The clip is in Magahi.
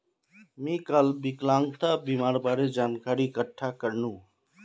मी काल विकलांगता बीमार बारे जानकारी इकठ्ठा करनु